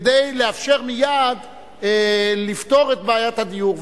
כדי לאפשר מייד לפתור את בעיית הדיור.